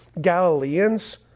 Galileans